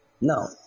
Now